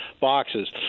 boxes